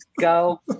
go